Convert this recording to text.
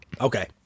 Okay